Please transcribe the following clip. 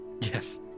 Yes